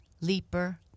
Leaper